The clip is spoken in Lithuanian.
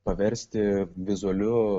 paversti vizualiu